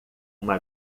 uma